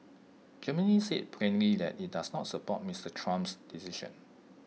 Germany said plainly that IT does not support Mister Trump's decision